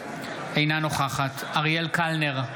אינה נוכחת אריאל קלנר,